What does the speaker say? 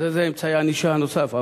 אז איזה אמצעי ענישה נוסף?